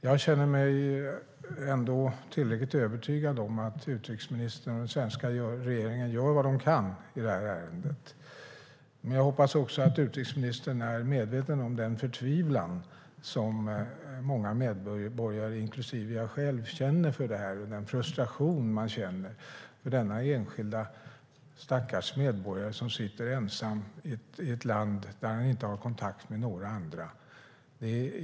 Jag känner mig ändå tillräckligt övertygad om att utrikesministern och den svenska regeringen gör vad den kan i det här ärendet, men jag hoppas också att utrikesministern är medveten om den förtvivlan som många medborgare, inklusive jag själv, känner för det här och den frustration man känner för denna enskilda stackars medborgare som sitter ensam i ett land där han inte har kontakt med några andra.